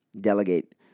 delegate